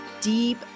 deep